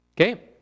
Okay